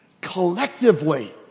collectively